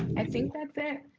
i think that's it.